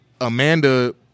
Amanda